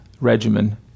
regimen